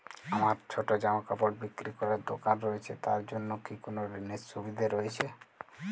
আমার ছোটো জামাকাপড় বিক্রি করার দোকান রয়েছে তা এর জন্য কি কোনো ঋণের সুবিধে রয়েছে?